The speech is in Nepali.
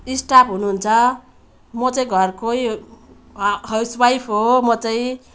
स्टाफ हुनु हुन्छ म चाहिँ घरकै हो हाउस वाइफ हो म चाहिँ